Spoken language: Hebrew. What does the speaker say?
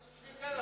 אנחנו יושבים כאן,